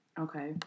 okay